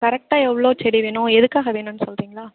கரெக்ட்டாக எவ்வளோ செடி வேணும் எதுக்காக வேணும்ன்னு சொல்கிறிங்ளா